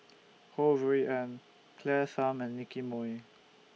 Ho Rui An Claire Tham and Nicky Moey